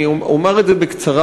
אני אומר את זה בקצרה,